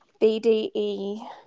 BDE